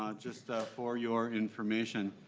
ah just for your information.